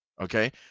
okay